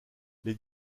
les